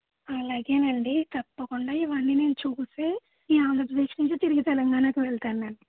అలాగేనండి తప్పకుండా ఇవ్వన్ని నేను చూసే ఈ ఆంధ్రప్రదేశ్ నుంచి తిరిగి తెలంగాణకు వెళ్తానండి